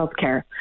healthcare